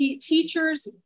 teachers